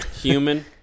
Human